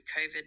COVID